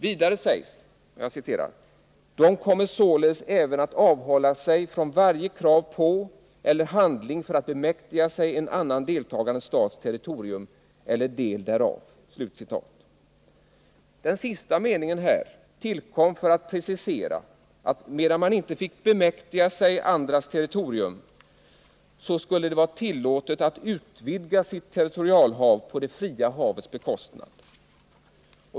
Vidare sägs: ”De kommer således även att avhålla sig från varje krav på, eller handling för att bemäktiga sig en annan deltagande stats territorium eller del därav.” Den sista meningen tillkom för att precisera, att medan man inte fick bemäktiga sig andras territorium så skulle det vara tillåtet att utvidga sitt territorialhav på det fria havets bekostnad.